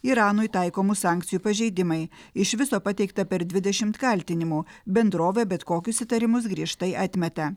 iranui taikomų sankcijų pažeidimai iš viso pateikta per dvidešimt kaltinimų bendrovė bet kokius įtarimus griežtai atmeta